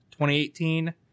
2018